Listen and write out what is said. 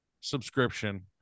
subscription